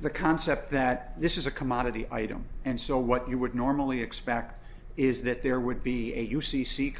the concept that this is a commodity item and so what you would normally expect is that there would be a u